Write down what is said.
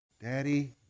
Daddy